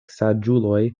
saĝuloj